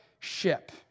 ship